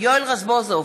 יואל רזבוזוב,